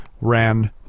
ran